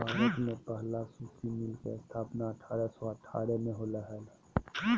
भारत में पहला सूती मिल के स्थापना अठारह सौ अठारह में होले हल